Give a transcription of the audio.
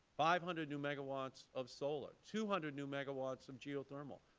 five hundred new megawatts of solar, two hundred new megawatts of geothermal,